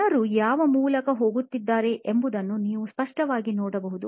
ಜನರು ಯಾವ ಮೂಲಕ ಹೋಗುತ್ತಿದ್ದಾರೆ ಎಂಬುದನ್ನು ನೀವು ಸ್ಪಷ್ಟವಾಗಿ ನೋಡಬಹುದು